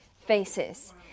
faces